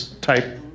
type